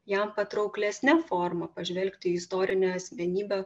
jam patrauklesne forma pažvelgti į istorinę asmenybę